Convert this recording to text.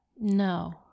No